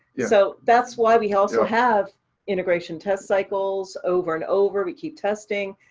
so that's why we also have integration test cycles over and over, we keep testing,